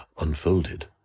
unfolded